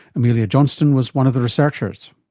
amelia johnston was one of the researchers.